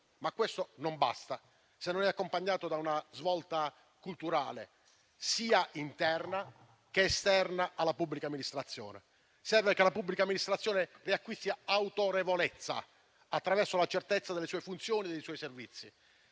Ma questo non basta se non è accompagnato da una svolta culturale sia interna che esterna alla pubblica amministrazione. Serve che la pubblica amministrazione riacquisti autorevolezza attraverso la certezza delle sue funzioni e dei suoi servizi.